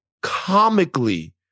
comically